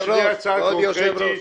האם יש הצעה קונקרטית?